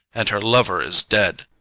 and her lover is dead.